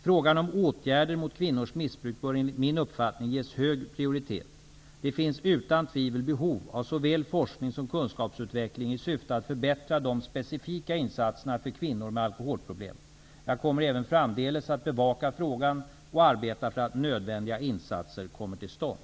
Frågan om åtgärder mot kvinnors missbruk bör enligt min uppfattning ges hög prioritet. Det finns utan tvivel behov av såväl forskning som kunskapsutveckling i syfte att förbättra de specifika insatserna för kvinnor med alkoholproblem. Jag kommer även framdeles att bevaka frågan och arbeta för att nödvändiga insatser kommer till stånd.